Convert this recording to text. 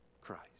Christ